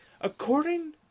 According